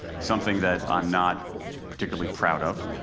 something that i'm not particularly proud of.